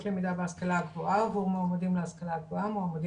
למידה בהשכלה הגבוהה עבור מועמדים ולומדים